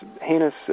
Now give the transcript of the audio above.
heinous